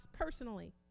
personally